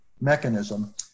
mechanism